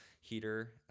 heater